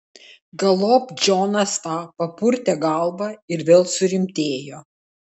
galop džonas fa papurtė galvą ir vėl surimtėjo